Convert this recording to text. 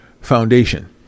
foundation